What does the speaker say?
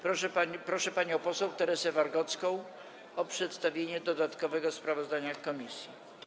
Proszę panią poseł Teresę Wargocką o przedstawienie dodatkowego sprawozdania komisji.